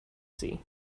sea